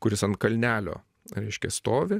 kuris ant kalnelio reiškia stovi